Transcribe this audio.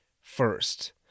First